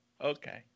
Okay